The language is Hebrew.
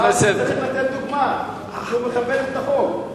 הוא צריך לתת דוגמה שהוא מכבד את החוק.